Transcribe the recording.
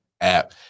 app